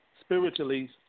Spiritually